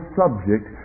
subject